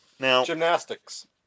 Gymnastics